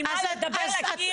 אני אדבר לקיר?